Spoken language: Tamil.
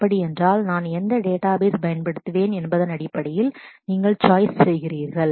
அப்படியென்றால் நான் எந்த டேட்டாபேஸ் database பயன்படுத்துவேன் என்பதன் அடிப்படையில் நீங்கள் சாய்ஸ் choice செய்கிறீர்கள்